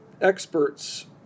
experts